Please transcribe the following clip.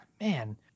Man